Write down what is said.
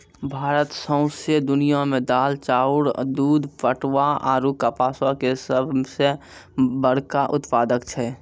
भारत सौंसे दुनिया मे दाल, चाउर, दूध, पटवा आरु कपासो के सभ से बड़का उत्पादक छै